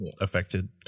affected